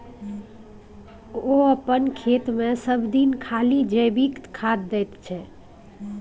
ओ अपन खेतमे सभदिन खाली जैविके खाद दै छै